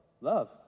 Love